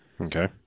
Okay